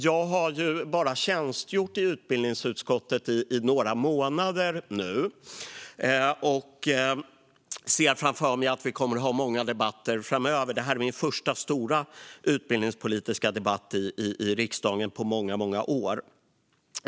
Jag har bara tjänstgjort i utbildningsutskottet i några månader och ser framför mig att vi kommer att ha många debatter framöver. Detta är min första stora utbildningspolitiska debatt i riksdagen på många år.